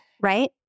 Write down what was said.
right